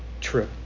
true